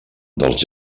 dels